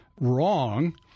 wrong